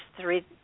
three